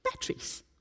batteries